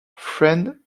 friend